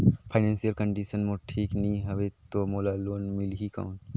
Financial condition मोर ठीक नी हवे तो मोला लोन मिल ही कौन??